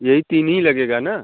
यही तीन ही लगेगा न